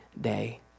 day